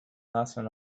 nothing